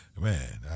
man